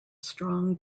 strong